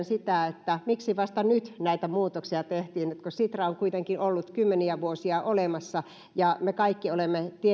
sitä miksi vasta nyt näitä muutoksia tehtiin kun sitra on kuitenkin ollut kymmeniä vuosia olemassa ja me kaikki olemme